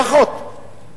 לפחות.